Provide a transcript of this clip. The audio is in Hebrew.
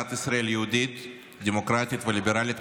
למדינת ישראל יהודית דמוקרטית וליברלית,